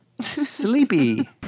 sleepy